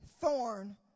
thorn